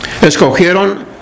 Escogieron